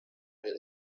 make